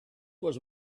was